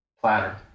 Platter